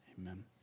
amen